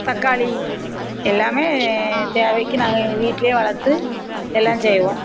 தக்காளி எல்லாமே தேவைக்கு நாங்கள் எங்கள் வீட்டிலயே வளர்த்து எல்லாம் செய்வோம்